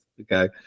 okay